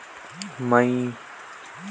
रेहेण कोन महीना म होथे?